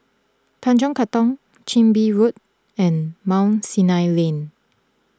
Tanjong Katong Chin Bee Road and Mount Sinai Lane